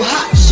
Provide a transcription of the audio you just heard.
Hot